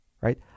right